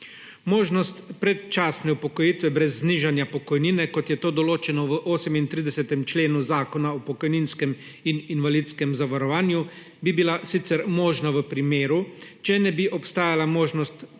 predčasne upokojitve brez znižanja pokojnine, kot je to določeno v 38. členu Zakona o pokojninskem in invalidskem zavarovanju, bi bila sicer možna v primeru, če ne bi obstajala možnost prerazporeditve